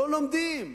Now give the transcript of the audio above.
לא לומדים.